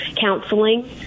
counseling